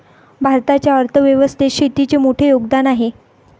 भारताच्या अर्थ व्यवस्थेत शेतीचे मोठे योगदान आहे